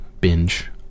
binge